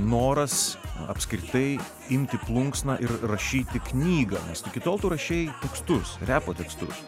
noras apskritai imti plunksną ir rašyti knygą nes iki tol tu rašei tekstus repo tekstus